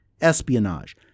espionage